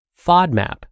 FODMAP